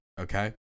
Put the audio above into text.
Okay